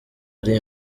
ari